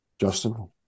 Justin